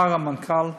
מחר המנכ"ל,